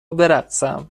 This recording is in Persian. برقصم